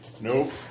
Nope